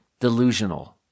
delusional